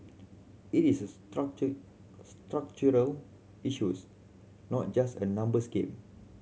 it is a structure structural issues not just a numbers game